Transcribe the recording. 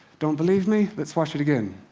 don't believe me? let's watch it again.